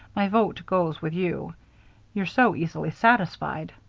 my vote goes with you you're so easily satisfied.